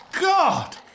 God